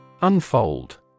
Unfold